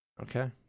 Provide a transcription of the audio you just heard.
Okay